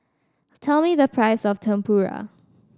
tell me the price of Tempura